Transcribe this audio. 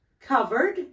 covered